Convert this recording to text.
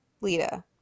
Lita